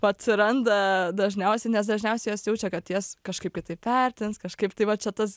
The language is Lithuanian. atsiranda dažniausiai nes dažniausiai jos jaučia kad jas kažkaip kitaip vertins kažkaip tai va čia tas